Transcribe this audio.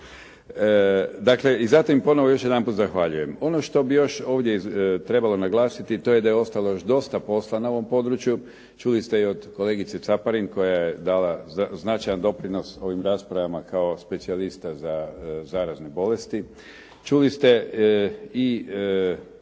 Dakle, i zato im ponovo još jedanput zahvaljujem. Ono što bi još ovdje trebalo naglasiti to je da je da je ostalo još dosta posla na ovom području. Čuli ste i od kolegice Caparin koja je dala značajan doprinos ovim raspravama kao specijalista za zarazne bolesti. Čuli ste i